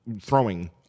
throwing